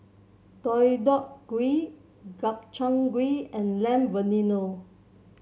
Deodeok Gui Gobchang Gui and Lamb Vindaloo